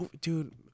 dude